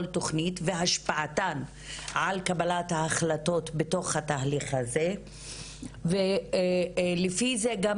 תוכנית והשפעתן על קבלת ההחלטות בתוך התהליך הזה ולפי זה גם